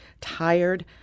tired